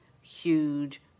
huge